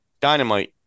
dynamite